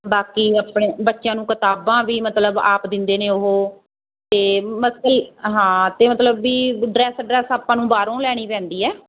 ਬਾਕੀ ਆਪਣੇ ਬੱਚਿਆਂ ਨੂੰ ਕਿਤਾਬਾਂ ਵੀ ਮਤਲਬ ਆਪ ਦਿੰਦੇ ਨੇ ਉਹ ਅਤੇ ਮਤਲਬ ਹਾਂ ਅਤੇ ਮਤਲਬ ਵੀ ਡਰੈੱਸ ਡਰੈੱਸ ਆਪਾਂ ਨੂੰ ਬਾਹਰੋਂ ਲੈਣੀ ਪੈਂਦੀ ਹੈ